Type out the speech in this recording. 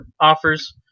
offers